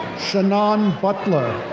shannon butler.